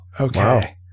okay